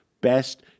Best